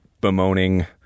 bemoaning